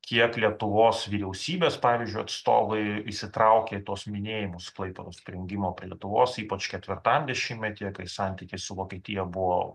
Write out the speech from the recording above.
kiek lietuvos vyriausybės pavyzdžiui atstovai įsitraukė į tuos minėjimus klaipėdos prijungimo prie lietuvos ypač ketvirtajam dešimtmetyje kai santykiai su vokietija buvo